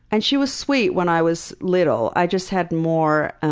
and she was sweet when i was little. i just had more